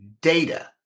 data